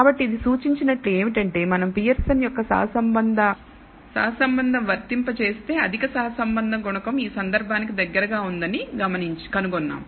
కాబట్టి ఇది సూచించినట్లు ఏమిటంటే మనం పియర్సన్ యొక్క సహసంబంధం వర్తింపజేస్తే అధిక సహసంబంధ గుణకం ఈ సందర్భానికి దగ్గరగా ఉందని కనుగొన్నాము